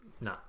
No